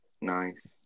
nice